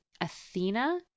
Athena